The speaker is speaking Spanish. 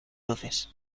luces